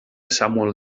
samuel